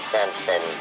Simpson